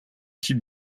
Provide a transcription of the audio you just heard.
type